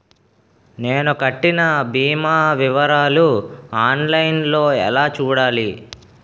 నేను కట్టిన భీమా వివరాలు ఆన్ లైన్ లో ఎలా చూడాలి?